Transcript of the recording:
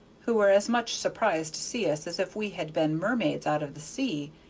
who were as much surprised to see us as if we had been mermaids out of the sea,